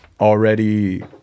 already